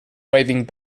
waving